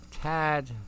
tad